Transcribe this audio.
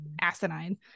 asinine